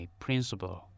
principle